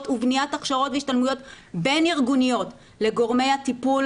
ובניית הכשרות והשתלמויות בין-ארגוניות לגורמי הטיפול